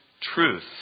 truth